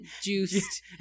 Juiced